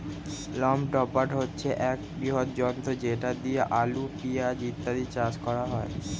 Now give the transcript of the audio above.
হল্ম টপার হচ্ছে একটি বৃহৎ যন্ত্র যেটা দিয়ে আলু, পেঁয়াজ ইত্যাদি চাষ করা হয়